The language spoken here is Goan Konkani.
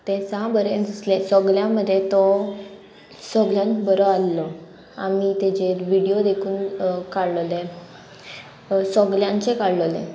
तें साम बरें दिसलें सोगल्या मदें तो सोगल्यान बरो आहलो आमी तेजेर विडियो देखून काडलोले सोगल्यांचे काडलोले